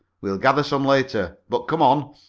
we'll gather some later. but come on.